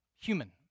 human